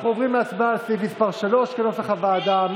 אנחנו עוברים להצבעה על סעיף 3, כנוסח הוועדה.